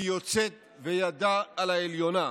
היא יוצאת וידה על העליונה.